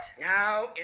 Now